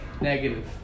negative